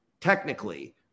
technically